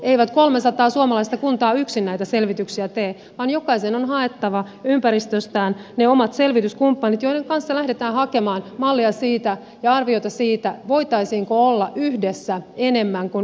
eivät kolmesataa suomalaista kuntaa yksin näitä selvityksiä tee vaan jokaisen on haettava ympäristöstään ne omat selvityskumppanit joiden kanssa lähdetään hakemaan mallia ja arvioita siitä voitaisiinko olla yhdessä enemmän kuin osiensa summa